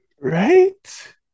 Right